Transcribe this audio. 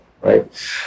right